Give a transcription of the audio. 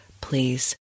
please